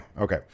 okay